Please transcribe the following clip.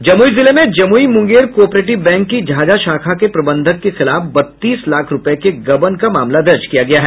जमुई जिले में Jamui Munger cooperative bank की झाझा शाखा के प्रबंधक के खिलाफ बत्तीस लाख रूपये के गबन का मामला दर्ज किया गया है